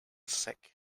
sick